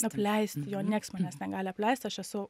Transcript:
apleist jo nieks manęs negali apleist aš esu